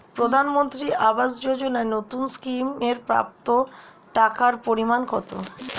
প্রধানমন্ত্রী আবাস যোজনায় নতুন স্কিম এর প্রাপ্য টাকার পরিমান কত?